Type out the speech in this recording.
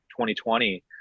2020